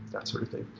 that sort of thing.